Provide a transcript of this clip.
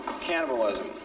cannibalism